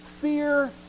fear